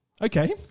Okay